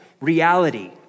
reality